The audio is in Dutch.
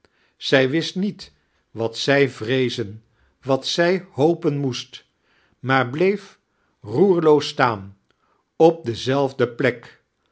zij wist niet wat zij vreeizen wat hopen moest maar bleef roerloos staan op dezelfde plek